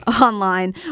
online